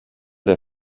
der